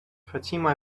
fatima